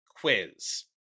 quiz